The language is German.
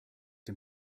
dem